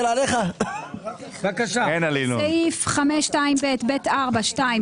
בסעיף 5(2)(ב)(ב4)(2),